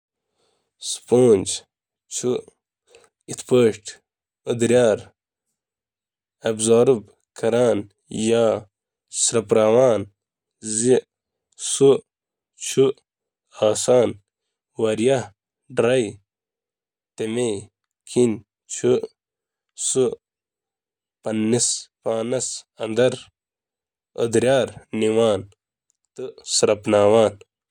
sponge چِھ کیشکی عملہٕ، اکھ بٔڑ سطحی علاقہٕ، تہٕ تنگ چینلن تہٕ مردہ سرن ہنٛد پیچیدٕ نیٹ ورک کہ امتزاج کہ ذریع مائع جذب کران: